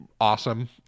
awesome